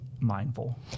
Mindful